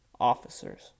officers